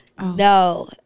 No